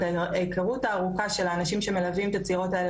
את ההכרות הארוכה של האנשים שמלווים את הצעירות האלה